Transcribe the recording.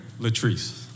Latrice